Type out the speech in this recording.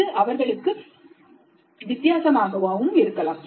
இது அவர்களுக்கு மிகவும் கடினமாக இருக்கலாம்